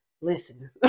Listen